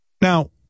Now